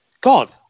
God